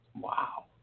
Wow